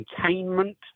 containment